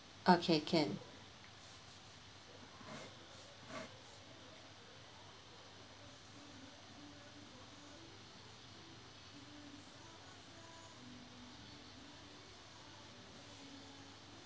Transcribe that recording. okay can